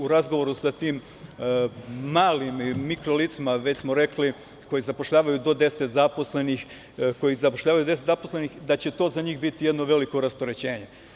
U razgovoru sa tim malim mikro licima, već smo rekli, koji zapošljavaju do 10 zaposlenih, da će to za njih biti jedno veliko rasterećenje.